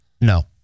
No